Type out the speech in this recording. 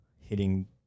hitting